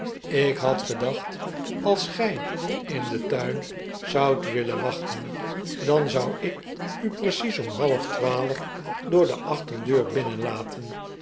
ik had gedacht als gij in den tuin zoudt willen wachten dan zou ik pickwick als redder van belaagde onschuld u precies om halftwaalf door de achterdeur binrienlaten